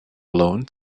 alone